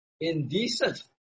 indecent